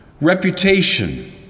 reputation